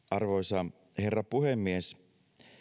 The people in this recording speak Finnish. arvoisa herra puhemies